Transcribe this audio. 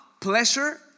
pleasure